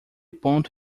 ponto